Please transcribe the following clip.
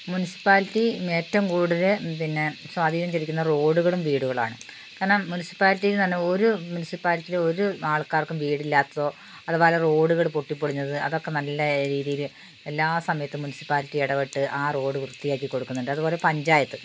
മുനിസിപ്പാലിറ്റിയിൽ നിന്ന് ഏറ്റവും കൂടുതൽ പിന്നെ സ്വാധീനം ചെലുത്തുന്ന റോഡുകളും വീടുകളുമാണ് കാരണം മുനിസിപ്പാലിറ്റി എന്നു പറഞ്ഞാൽ ഓരോ മുനിസിപ്പാലിറ്റിയിലും ഓരോ ആൾക്കാർക്കും വീടില്ലാത്തതോ അതുപോലെ ഒരു റോഡുകൾ പൊട്ടിപ്പൊളിഞ്ഞത് അതൊക്കെ നല്ല രീതിയിൽ എല്ലാ സമയത്തും മുനിസിപ്പാലിറ്റി ഇടപെട്ട് ആ റോഡ് വൃത്തിയാക്കിക്കൊടുക്കുന്നുണ്ട് അതുപോലെ പഞ്ചായത്ത്